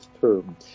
term